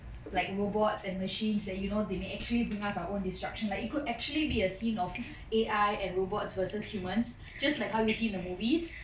like robots and machines that you know they may actually bring us our own destruction like it could actually be a scene of A_I and robots versus humans just like how you see in the movies